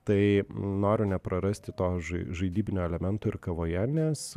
tai noriu neprarasti to žai žaidybinio elemento ir kavoje nes